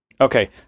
Okay